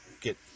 get